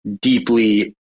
deeply